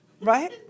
Right